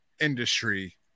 industry